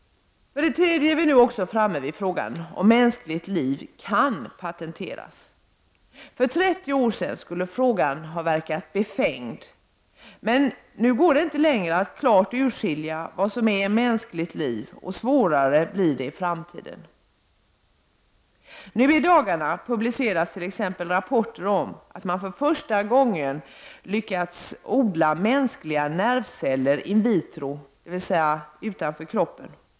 För det tredje är vi nu framme vid frågan om mänskligt liv kan patenteras. För 30 år sedan skulle frågan ha verkat befängd, men nu går det inte längre att klart urskilja vad som är mänskligt liv, och svårare blir det i framtiden. Nu i dagarna publiceras t.ex. rapporter om att man för första gången har lyckats odla mänskliga nervceller in vitro, dvs. utanför kroppen.